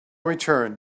return